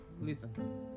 Listen